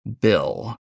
bill